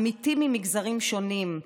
עמיתים ממגזרים שונים,